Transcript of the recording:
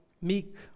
meek